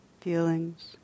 feelings